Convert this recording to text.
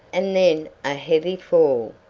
and then a heavy fall,